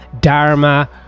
Dharma